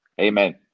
Amen